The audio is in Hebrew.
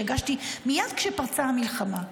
שהגשתי מייד כשפרצה המלחמה,